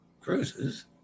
Cruises